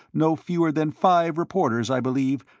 no fewer than five reporters, i believe,